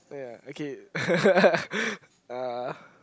yeah okay uh